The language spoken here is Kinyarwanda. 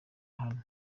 hano